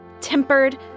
tempered